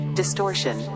distortion